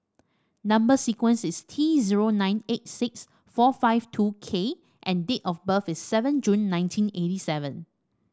number sequence is T zero nine eight six four five two K and date of birth is seven June nineteen eighty seven